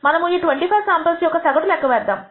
మనము ఈ 25 శాంపుల్స్ యొక్క సగటు లెక్క వేద్దాము